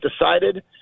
decided